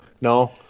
no